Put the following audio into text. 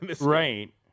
Right